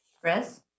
Chris